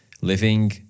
living